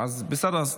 בסדר,